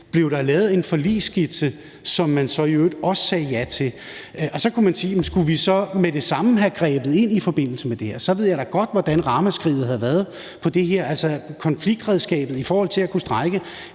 ja til, lavet en forligsskitse, som man så i øvrigt også sagde ja til. Og så kan man sige: Skulle vi så med det samme have grebet ind i forbindelse med det? Og så ved jeg da godt, hvordan ramaskriget havde været i forhold tild et her. Altså, i forhold til at kunne strejke